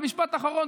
משפט אחרון.